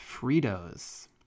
Fritos